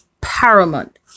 paramount